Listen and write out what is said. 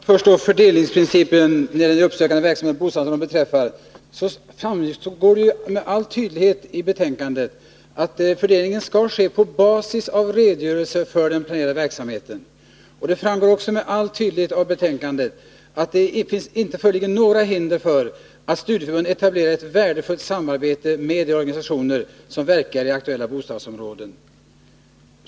Herr talman! Beträffande fördelningsprincipen och den uppsökande verksamheten i bostadsområdena framgår det med all tydlighet av betänkandet att fördelningen skall ske på basis av redogörelser för den planerade verksamheten. Det framgår också med all tydlighet av betänkandet att det inte föreligger några hinder för att studieförbunden etablerar ett värdefullt samarbete med de organisationer som verkar i aktuella bostadsområden.